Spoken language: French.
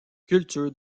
culture